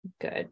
Good